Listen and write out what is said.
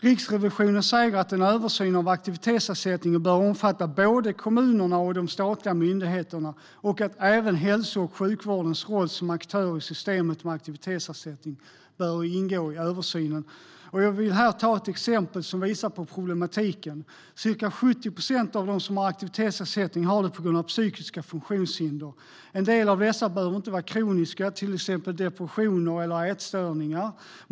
Riksrevisionen säger att en översyn av aktivitetsersättningen bör omfatta både kommunerna och de statliga myndigheterna, och att även hälso och sjukvårdens roll som aktör i systemet med aktivitetsersättningen bör ingå i översynen. Och här vill jag ta upp ett exempel som visar på problematiken. Cirka 70 procent av dem som har aktivitetsersättning har det på grund av psykiska funktionshinder. En del av dessa funktionshinder behöver inte vara kroniska, till exempel depressioner och ätstörningar.